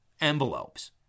envelopes